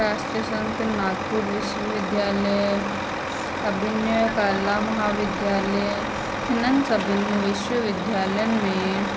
राष्ट्रीय संत नागपुर विश्व विद्यालय अभिनय कला महाविद्यालय हिननि सभिनि विश्व विद्यालयन में